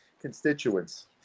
constituents